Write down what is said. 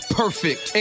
perfect